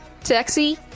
Taxi